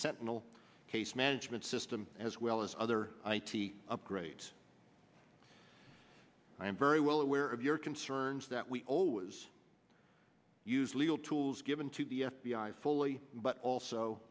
sentinel case management system as well as other i t upgrades i am very well aware of your concerns that we always use legal tools given to the f b i fully but also